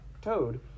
Toad